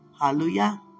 Hallelujah